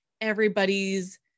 everybody's